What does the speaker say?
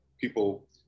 people